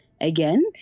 again